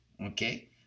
Okay